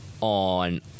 on